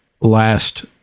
last